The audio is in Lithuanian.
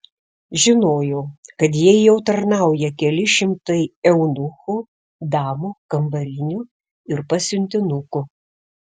žinojau kad jai jau tarnauja keli šimtai eunuchų damų kambarinių ir pasiuntinukų